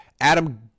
adam